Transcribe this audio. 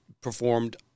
performed